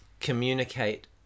communicate